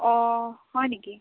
অঁ হয় নেকি